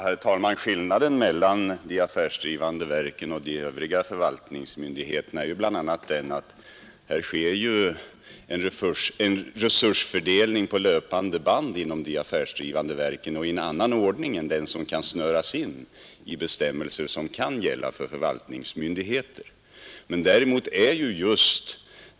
Herr talman! Skillnaden mellan de affärsdrivande verken och förvaltningsmyndigheterna är bl a. att det inom de affärsdrivande verken sker en resursfördelning på löpande band och i annan ordning än den som kan snöras in i bestämmelser som skall gälla för förvaltningsmyndigheter.